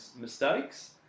mistakes